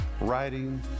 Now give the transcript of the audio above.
writing